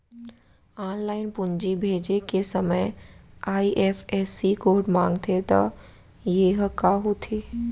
Online पूंजी भेजे के समय आई.एफ.एस.सी कोड माँगथे त ये ह का होथे?